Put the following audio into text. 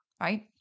right